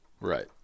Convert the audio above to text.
Right